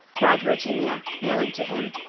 cried virginia, kneeling to him,